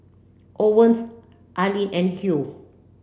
Owens Alene and Hugh